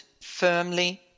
firmly